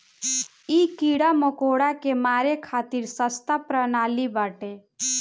इ कीड़ा मकोड़ा के मारे खातिर सस्ता प्रणाली बाटे